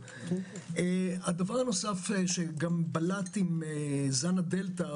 הדבר הנוסף שגם בלט עם זן הדלתא,